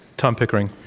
tom pickering.